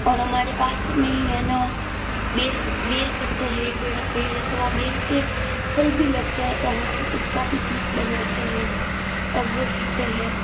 और हमारे पास में ही है ना बेल बेल पत्थर है एक बड़ा पेड़ है तो वहाँ बेर के फल भी लगते हैं तो हम उसका भी जूस बनाते हैं और वो पीते हैं